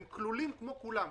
הם כלולים כמו כולם,